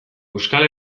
euskal